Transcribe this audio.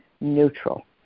neutral